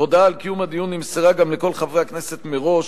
הודעה על קיום הדיון נמסרה גם לכל חברי הכנסת מראש,